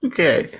Okay